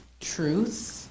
truths